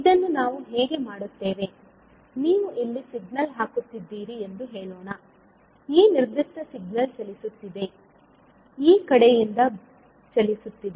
ಇದನ್ನು ನಾವು ಹೇಗೆ ಮಾಡುತ್ತೇವೆ ನೀವು ಇಲ್ಲಿ ಸಿಗ್ನಲ್ ಹಾಕುತ್ತಿದ್ದೀರಿ ಎಂದು ಹೇಳೋಣ ಈ ನಿರ್ದಿಷ್ಟ ಸಿಗ್ನಲ್ ಚಲಿಸುತ್ತಿದೆ ಈ ಕಡೆಯಿಂದ ಚಲಿಸುತ್ತಿದೆ